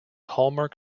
hallmark